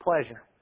Pleasure